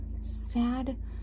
sad